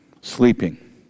sleeping